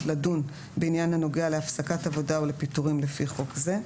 לדון בעניין הנוגע להפסקת עבודה או לפיטורים לפי חוק זה.